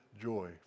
joy